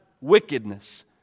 Wickedness